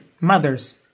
mothers